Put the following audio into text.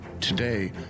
Today